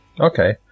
Okay